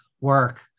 work